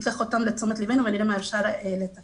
ניקח אותן לתשומת לבנו ונראה מה אפשר לתקן.